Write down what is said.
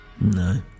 No